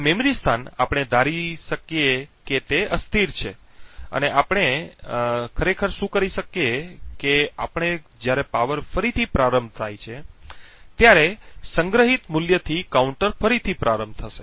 તેથી આ મેમરી સ્થાન આપણે ધારી શકીએ કે તે અસ્થિર છે અને આપણે ખરેખર શું કરી શકીએ છીએ કે જ્યારે પાવર ફરીથી પ્રારંભ થાય છે ત્યારે સંગ્રહિત મૂલ્યથી કાઉન્ટર ફરીથી પ્રારંભ થશે